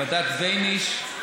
ועדת בייניש,